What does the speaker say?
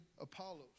Apollos